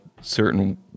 certain